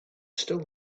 still